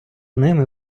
ними